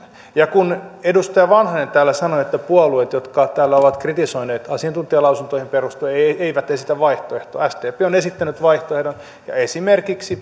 ja kun edustaja vanhanen täällä sanoi että puolueet jotka täällä ovat kritisoineet asiantuntijalausuntoihin perustuen eivät esitä vaihtoehtoa sdp on esittänyt vaihtoehdon ja esimerkiksi